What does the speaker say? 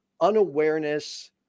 unawareness